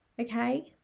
Okay